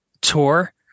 tour